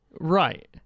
Right